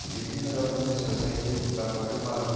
বিভিন্ন রকমের সোসায়েটি বা পশুপালন